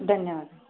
ಧನ್ಯವಾದ